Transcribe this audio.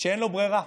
שאין לו ברירה.